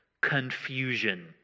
confusion